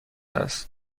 است